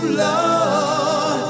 love